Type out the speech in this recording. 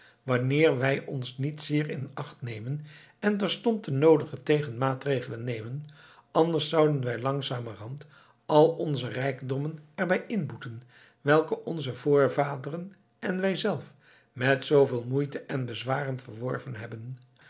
wanneer wij ons niet zeer in acht nemen en terstond de noodige tegenmaatregelen nemen anders zouden wij langzamerhand al onze rijkdommen er bij inboeten welke onze voorvaderen en wij zelf met zooveel moeite en bezwaren verworven hebben